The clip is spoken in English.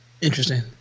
interesting